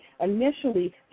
initially